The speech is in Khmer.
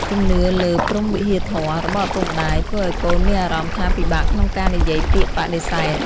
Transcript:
ជំនឿលើ "ព្រហ្មវិហារធម៌" របស់ឪពុកម្តាយ ធ្វើឱ្យកូនមានអារម្មណ៍ថាពិបាកក្នុងការនិយាយពាក្យបដិសេធ។